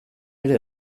ere